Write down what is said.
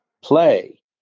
Play